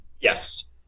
Yes